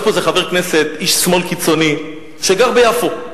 יש פה איזה חבר כנסת, איש שמאל קיצוני, שגר ביפו.